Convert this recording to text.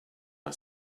are